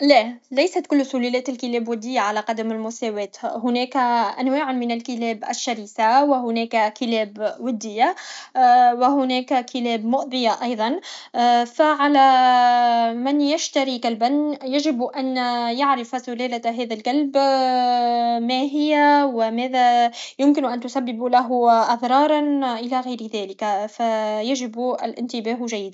لا ليست كل سلالات الكلاب الودية على قدم المساواة هناك أنواع من الكلاب الشرسة وهناك كلاب ودية و هناك كلاب مؤذية أيضا فعلى من يشتري كلبا يجب ان يعرف سلالة هذا الكلب فيجب الانتياه جيدا ما هي و ماذا يمكن ان تسبب له من اضرار الى غير ذلك فيجب الانتباه جيدا,